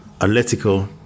Atletico